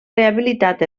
rehabilitat